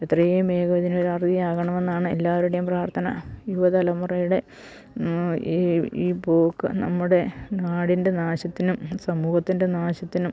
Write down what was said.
എത്രയും വേഗം ഇതിനൊരു അറുതിയാകണമെന്നാണ് എല്ലാവരുടെയും പ്രാർത്ഥന യുവതലമുറയുടെ ഈ ഈ പോക്ക് നമ്മുടെ നാടിൻ്റെ നാശത്തിനും സമൂഹത്തിൻ്റെ നാശത്തിനും